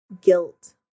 guilt